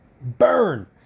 Burn